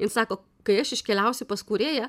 jin sako kai aš iškeliausiu pas kūrėją